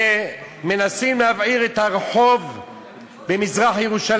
ומנסים להבעיר את הרחוב במזרח-ירושלים.